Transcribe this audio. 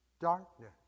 Darkness